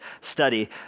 study